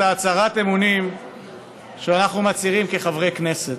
הצהרת האמונים שאנחנו מצהירים כחברי כנסת,